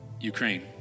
Ukraine